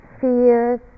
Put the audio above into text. fears